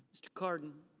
mr. cardin.